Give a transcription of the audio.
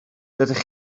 dydych